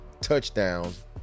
touchdowns